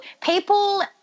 people